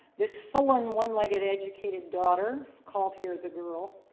this sullen, one legged, educated daughter, called here the girl.